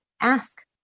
Ask